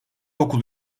okul